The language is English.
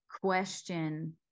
question